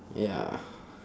ya